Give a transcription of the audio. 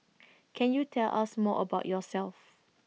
can you tell us more about yourself